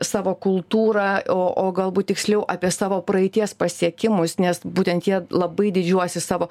savo kultūrą o o galbūt tiksliau apie savo praeities pasiekimus nes būtent jie labai didžiuojasi savo